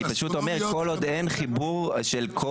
אני פשוט אומר שכל עוד אין חיבור של כל